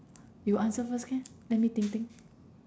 you answer first can let me think think